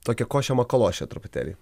tokia košė makalošė truputėlį